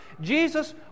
Jesus